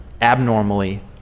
abnormally